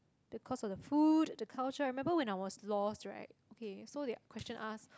the cost of the food and the culture I remember when I was lost right okay so the question ask